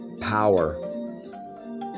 power